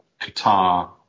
Qatar